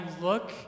look